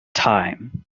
time